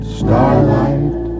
starlight